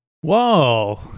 Whoa